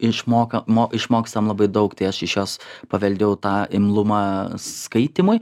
išmoka mo išmokstam labai daug tai aš iš jos paveldėjau tą imlumą skaitymui